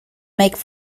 make